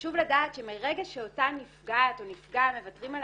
חשוב לדעת שמרגע שאותה נפגעת או נפגע מוותרים על